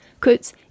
Quotes